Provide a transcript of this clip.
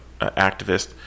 activist